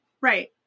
Right